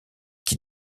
qui